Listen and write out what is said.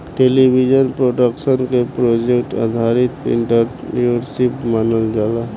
television production के project आधारित entrepreneurship मानल जाला